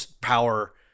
power